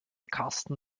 karsten